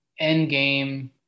Endgame